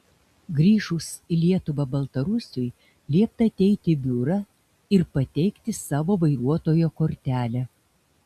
grįžus į lietuvą baltarusiui liepta ateiti į biurą ir pateikti savo vairuotojo kortelę